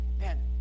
Man